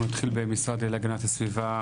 אנחנו נתחיל במשרד להגנת הסביבה.